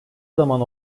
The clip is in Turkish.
zaman